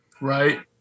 right